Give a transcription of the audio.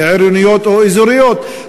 עירוניות או אזוריות,